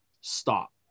Stop